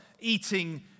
eating